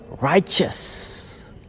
righteous